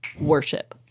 worship